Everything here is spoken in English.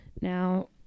now